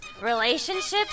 relationships